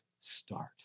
start